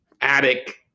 attic